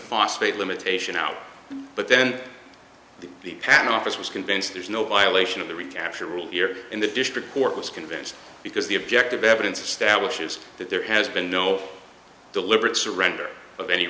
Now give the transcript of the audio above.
phosphate limitation out but then the patent office was convinced there's no violation of the recapture rule here in the district court was convinced because the objective evidence establishes that there has been no deliberate surrender of any